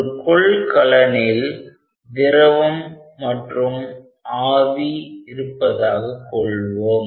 ஒரு கொள்கலனில் திரவம் மற்றும் ஆவி இருப்பதாகக் கொள்வோம்